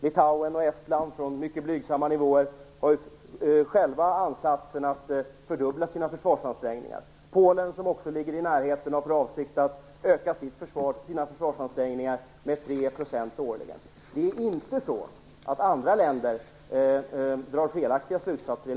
Litauen och Estland har från mycket blygsamma nivåer själva gjort ansatser att fördubbla sina försvarsansträngningar. Polen, som också ligger i närheten, har för avsikt att öka sina försvarsansträngningar med 3 % årligen. Enligt min uppfattning är det inte så att andra länder drar felaktiga slutsatser.